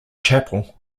chapel